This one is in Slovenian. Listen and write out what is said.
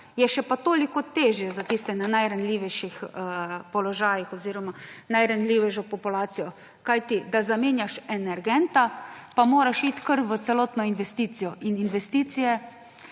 je še pa toliko težje za tiste na najranljivejših položajih oziroma najranljivejšo populacijo, kajti da zamenjaš energent, pa moraš iti kar v celotno investicijo. In investicije